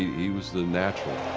he was the natural.